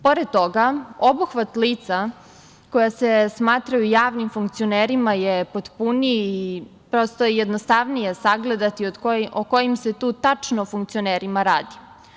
Pored toga, obuhvat lica koja se smatraju javnim funkcionerima je potpuniji i prosto je jednostavnije sagledati o kojim se tu tačno funkcionerima radi.